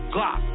Glock